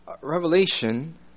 revelation